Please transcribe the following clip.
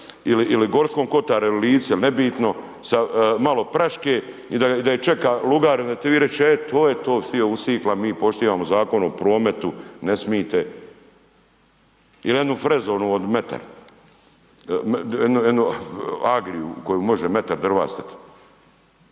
ili Gorskom kotaru ili Lici nebitno sa malo praške i da je čeka lugar … e to je to … mi poštivamo Zakon o prometu, ne smite. Ili jednu frezu onu od metar, Agriju u koju može metar drva stat.